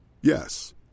Yes